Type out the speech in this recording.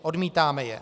Odmítáme je.